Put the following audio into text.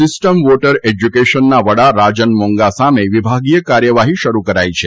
system water એશ્યુકેશનના વડા રાજન મોંગા સામે વિભાગીય કાર્યવાહી શરૂ કરાઇ છે